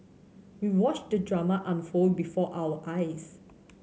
we watched the drama unfold before our eyes